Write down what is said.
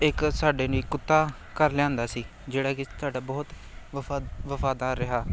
ਇੱਕ ਸਾਡੇ ਲਈ ਕੁੱਤਾ ਘਰ ਲਿਆਉਂਦਾ ਸੀ ਜਿਹੜਾ ਕਿ ਸਾਡਾ ਬਹੁਤ ਵਫਾ ਵਫਾਦਾਰ ਰਿਹਾ